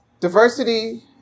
diversity